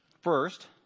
first